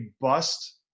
bust